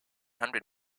hundred